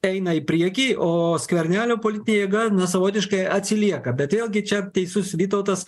eina į priekį o skvernelio politinė jėga na savotiškai atsilieka bet vėlgi čia teisus vytautas